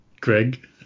Greg